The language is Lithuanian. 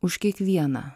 už kiekvieną